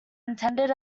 intended